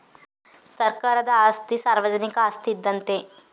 ಸರ್ಕಾರದ ಆಸ್ತಿ ಸಾರ್ವಜನಿಕ ಆಸ್ತಿ ಇದ್ದಂತೆ